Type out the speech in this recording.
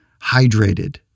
hydrated